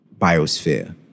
biosphere